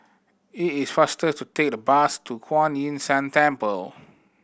it is faster to take the bus to Kuan Yin San Temple